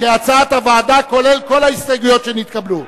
כהצעת הוועדה, כולל כל ההסתייגויות שנתקבלו.